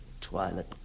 twilight